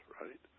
right